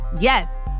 Yes